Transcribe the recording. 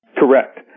Correct